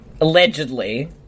Allegedly